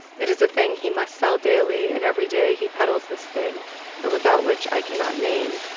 it is a thing he must sell daily. and every day, he peddles this thing a without which i cannot name,